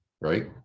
Right